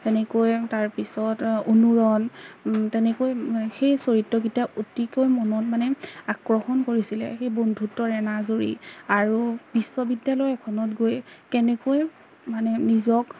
তেনেকৈ তাৰপিছত অনুৰণ তেনেকৈ সেই চৰিত্ৰকেইটা অতিকৈ মনত মানে আকৰ্ষণ কৰিছিলে সেই বন্ধুত্বৰ এনাজৰী আৰু বিশ্ববিদ্যালয় এখনত গৈ কেনেকৈ মানে নিজক